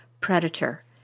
predator